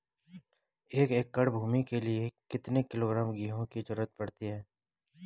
एक एकड़ भूमि के लिए कितने किलोग्राम गेहूँ की जरूरत पड़ती है?